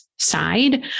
side